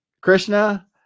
Krishna